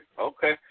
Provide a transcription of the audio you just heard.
okay